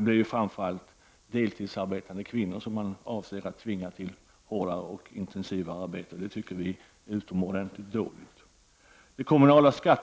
Det är framför allt deltidsarbetande kvinnor som man avser att tvinga till hårdare och intensivare arbete, och det tycker vi är utomordentligt dåligt. Inte heller kan vi acceptera